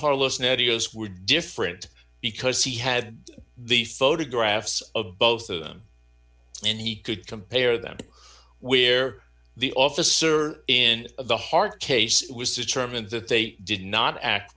dios were different because he had the photographs of both of them and he could compare them to where the officer in the heart case was determined that they did not act